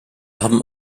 haben